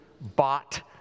bought